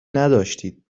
نداشتید